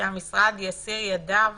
שהמשרד יסיר ידיו